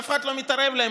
אף אחד לא מתערב להם.